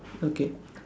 okay